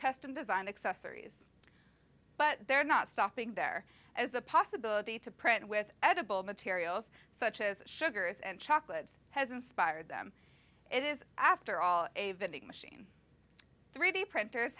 custom design accessories but they're not stopping there as the possibility to print with edible materials such as sugars and chocolates has inspired them it is after all a vending machine three d printers